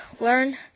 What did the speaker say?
learn